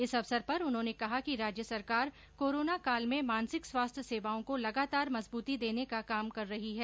इस अवसर पर उन्होने कहा कि राज्य सरकार कोरोना काल में मानसिक स्वास्थ्य सेवाओं को लगातार मजबूती देने का काम रही है